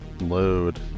load